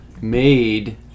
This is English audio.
made